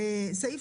סעיף